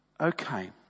Okay